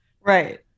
Right